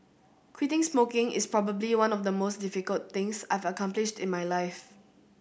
quitting smoking is probably one of the most difficult things I've accomplished in my life